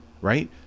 right